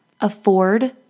afford